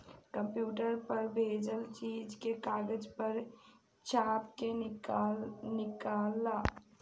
computer पर भेजल चीज के कागज पर छाप के निकाल ल